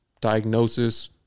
Diagnosis